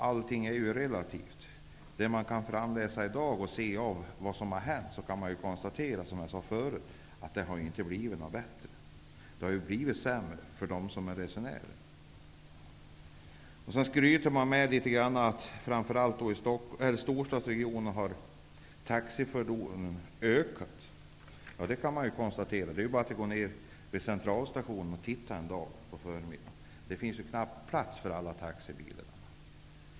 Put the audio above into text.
Allting är ju relativt. Det som man i dag kan utläsa av vad som hänt är att det inte har blivit bättre. För resenärerna har det blivit sämre. Det skryts också något med att taxifordonen i storstadsregionerna har ökat. Det är lätt att konstatera. Gå bara ned en dag till centralstationen och titta! Det finns knappt plats för alla taxibilar.